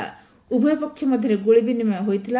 ଫଳରେ ଉଭୟ ପକ୍ଷ ମଧ୍ୟରେ ଗୁଳିବିନିମୟ ହୋଇଥିଲା